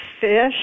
fish